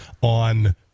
on